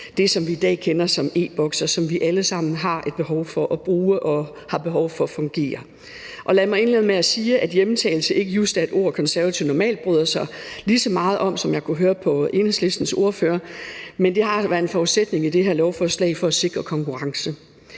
det, som vi i dag kender som e-Boks, og som vi alle sammen har et behov for at bruge og har behov for fungerer. Lad mig indlede med at sige, at hjemtagelse ikke just er et ord, Konservative normalt bryder sig lige så meget om, som jeg kunne høre på Enhedslistens ordfører de gør, men det har været en forudsætning i det her lovforslag for at sikre konkurrence.